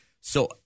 So-